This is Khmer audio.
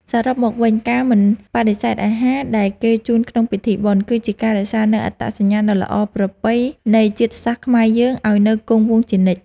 សរុបមកវិញ ការមិនបដិសេធអាហារដែលគេជូនក្នុងពិធីបុណ្យ គឺជាការរក្សានូវអត្តសញ្ញាណដ៏ល្អប្រពៃនៃជាតិសាសន៍ខ្មែរយើងឱ្យនៅគង់វង្សជានិច្ច។